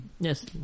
Yes